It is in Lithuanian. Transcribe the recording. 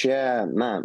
čia na